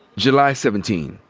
july seventeen,